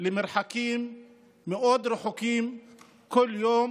למרחקים מאוד גדולים כל יום